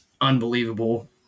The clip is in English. unbelievable